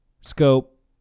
Scope